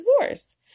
divorce